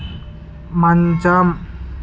మంచం